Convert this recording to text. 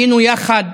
היינו יחד